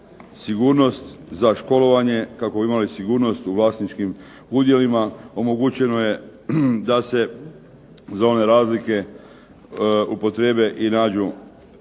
sigurnost za školovanje, kako bi imali sigurnost u vlasničkim udjelima, omogućeno je da se za one razlike upotrijebe i nađu